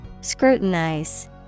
Scrutinize